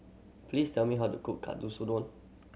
please tell me how to cook